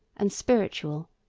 and spiritual,